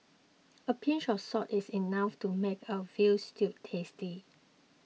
a pinch of salt is enough to make a Veal Stew tasty